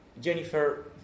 Jennifer